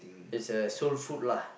is a soul food lah